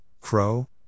crow